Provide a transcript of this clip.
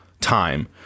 time